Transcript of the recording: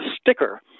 sticker